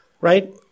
right